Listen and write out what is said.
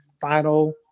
final